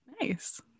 Nice